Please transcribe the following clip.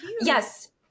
yes